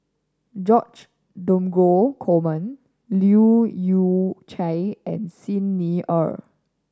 George Dromgold Coleman Leu Yew Chye and Xi Ni Er